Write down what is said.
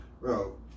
Bro